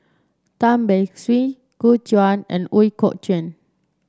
Tan Beng Swee Gu Juan and Ooi Kok Chuen